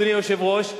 אדוני היושב-ראש,